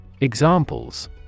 Examples